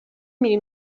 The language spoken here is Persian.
میری